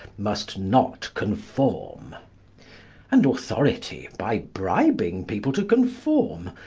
must not conform and authority, by bribing people to conform,